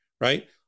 right